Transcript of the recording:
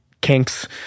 kinks